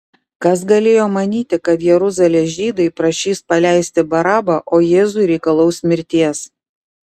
kas galėjo manyti kad jeruzalės žydai prašys paleisti barabą o jėzui reikalaus mirties